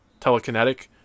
telekinetic